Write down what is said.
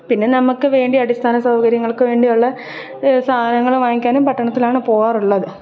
പിന്നെ നമുക്ക് വേണ്ടി അടിസ്ഥാന സൗകര്യങ്ങൾക്ക് വേണ്ടി ഉള്ള സാധനങ്ങള് വാങ്ങിക്കാനും പട്ടണത്തിലാണ് പോകാറുള്ളത്